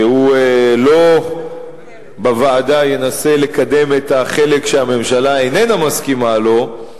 שבוועדה הוא לא ינסה לקדם את החלק שהממשלה איננה מסכימה לו,